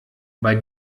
bei